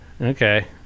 okay